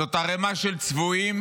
זאת ערימה של צבועים